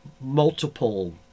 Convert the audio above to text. multiple